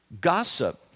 gossip